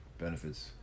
benefits